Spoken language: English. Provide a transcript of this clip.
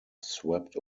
swept